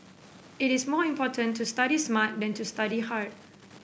it is more important to study smart than to study hard